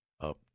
Up